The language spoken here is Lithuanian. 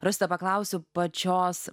rosita paklausiu pačios